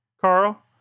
Carl